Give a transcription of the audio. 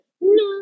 No